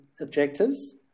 objectives